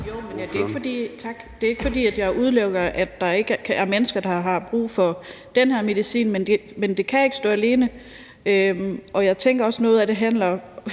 Jo, men det er ikke, fordi jeg udelukker, at der er mennesker, der har brug for den her medicin, men det kan ikke stå alene. Jeg tænker også, at noget af det handler